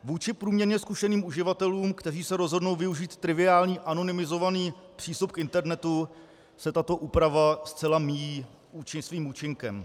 Vůči průměrně zkušeným uživatelům, kteří se rozhodnou využít triviální anonymizovaný přístup k internetu, se tato úprava zcela míjí svým účinkem.